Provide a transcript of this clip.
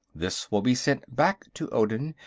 this will be sent back to odin,